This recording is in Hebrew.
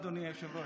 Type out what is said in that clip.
אדוני היושב-ראש,